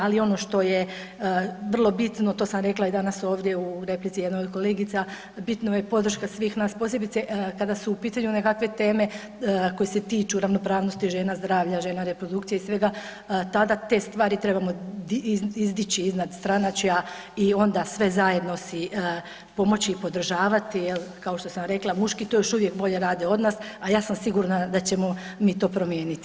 Ali ono što je vrlo bitno, to sam danas rekla ovdje u replici jednoj kolegici, bitna je podrška svih nas posebice kada su pitanju nekakve teme koje se tiču ravnopravnosti žena, zdravlja žena, reprodukcije i svega tada te stvari trebamo izdići iznad stranačja i onda sve zajedno si pomoći podržavati, jel kao što sam rekla muški to još uvijek bolje rade od nas, a ja sam sigurna da ćemo mi to promijeniti.